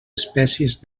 espècies